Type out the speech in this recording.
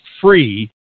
free